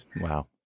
Wow